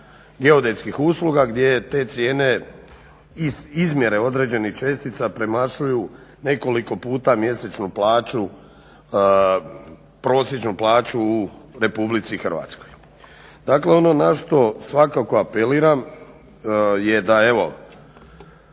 geodetskih usluga gdje te cijene, izmjere određenih čestica premašuju nekoliko puta mjesečnu plaću prosječnu plaću u RH. Dakle ono na što svakako apeliram je da već